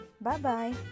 Bye-bye